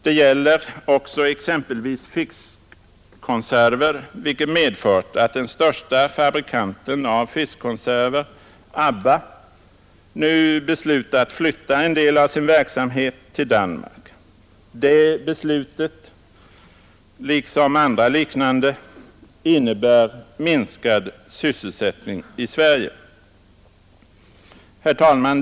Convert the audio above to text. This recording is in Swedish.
Det gäller Tisdagen den också exempelvis fiskkonserver, vilket medfört att den största fabrikan 12 december 1972 ten av fiskkonserver, Abba, nu beslutat flytta en del av sin verksamhet till —— mr Danmark. Det beslutet, liksom andra liknande, innebär minskad syssel Avtal med EEC, sättning i Sverige. REN Herr talman!